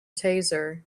taser